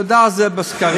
תודה זה בסקרים.